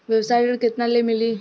व्यवसाय ऋण केतना ले मिली?